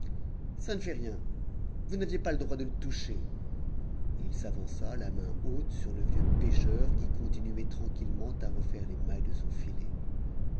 ça ne fait rien vous n'aviez pas le droit de le toucher et il s'avança la main haute sur le vieux pêcheur qui continuait tranquillement à refaire les mailles de son filet